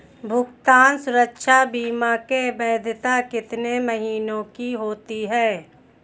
भुगतान सुरक्षा बीमा की वैधता कितने महीनों की होती है?